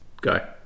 go